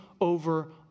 over